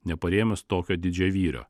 neparėmus tokio didžiavyrio